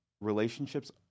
relationships